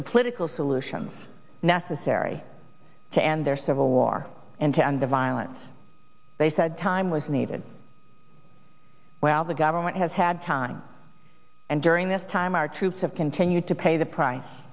the political solutions necessary to end their civil war and to end the violence they said time was needed well the government has had time and during this time our troops have continued to pay the price